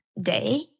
day